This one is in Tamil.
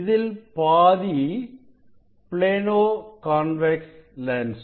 இதில் பாதி ப்ளேனோ கான்வெக்ஸ் லென்ஸ்